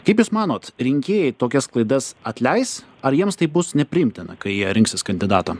kaip jūs manot rinkėjai tokias klaidas atleis ar jiems tai bus nepriimtina kai jie rinksis kandidatą